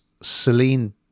Celine